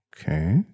Okay